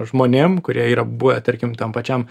žmonėm kurie yra buvę tarkim tam pačiam